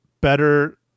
better